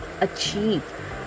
achieve